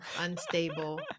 unstable